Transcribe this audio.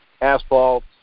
asphalt